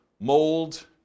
mold